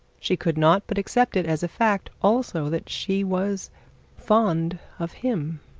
she could not but accept it as a fact also that she was fond of him.